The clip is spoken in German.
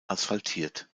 asphaltiert